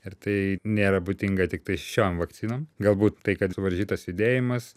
ir tai nėra būdinga tiktai šiom vakcinoms galbūt tai kad suvaržytas judėjimas